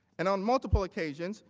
and on multiple occasions,